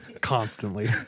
constantly